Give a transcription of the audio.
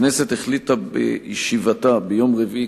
הכנסת החליטה בישיבתה ביום רביעי,